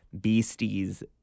beasties